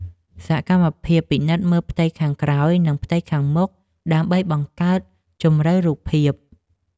សកម្មភាពពិនិត្យមើលផ្ទៃខាងក្រោយ និងផ្ទៃខាងមុខ ដើម្បីបង្កើតជម្រៅរូបភាព។